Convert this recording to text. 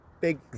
big